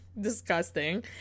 disgusting